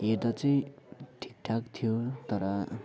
हेर्दा चाहिँ ठिकठाक थियो तर